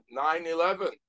9-11